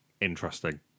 interesting